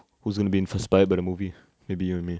who's going to be inspired by the movie maybe you and me